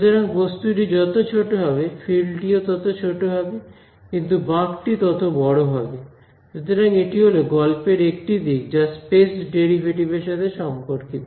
সুতরাং বস্তুটি যত ছোট হবে ফিল্ড টি ও তত ছোট হবে কিন্তু বাঁক টি ততো বড় হবে সুতরাং এটি হলো গল্পের একটি দিক যা স্পেস ডেরিভেটিভ এর সাথে সম্পর্কিত